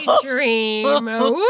dream